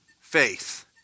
faith